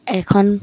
এখন